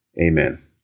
Amen